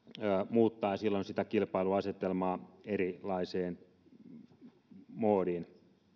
muuttaa silloin sitä kilpailu asetelmaa erilaiseen moodiin